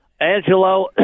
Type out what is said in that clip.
Angelo